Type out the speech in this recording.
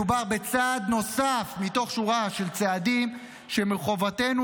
מדובר בצעד נוסף מתוך שורה של צעדים שמחובתנו